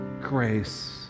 Grace